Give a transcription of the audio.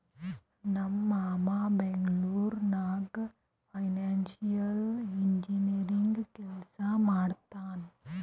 ನಮ್ ಮಾಮಾ ಬೆಂಗ್ಳೂರ್ ನಾಗ್ ಫೈನಾನ್ಸಿಯಲ್ ಇಂಜಿನಿಯರಿಂಗ್ ಕೆಲ್ಸಾ ಮಾಡ್ತಾನ್